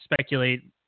speculate